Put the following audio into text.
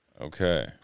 okay